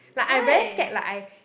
like I very scared like I